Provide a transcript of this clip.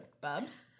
bubs